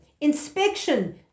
inspection